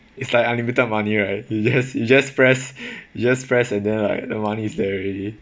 it's like unlimited money right you just you just press just press and then like the money's there already